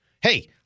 Hey